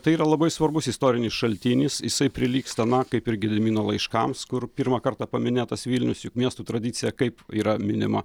tai yra labai svarbus istorinis šaltinis jisai prilygsta na kaip ir gedimino laiškams kur pirmą kartą paminėtas vilnius juk miestų tradicija kaip yra minima